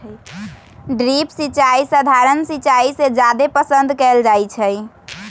drip सिंचाई सधारण सिंचाई से जादे पसंद कएल जाई छई